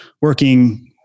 working